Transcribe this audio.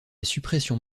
suppression